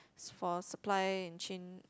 is for supply and chain